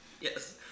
Yes